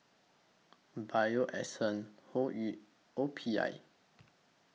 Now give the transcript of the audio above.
Bio Essence Hoyu O P I